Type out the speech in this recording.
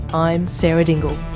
i'm sarah dingle